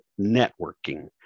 networking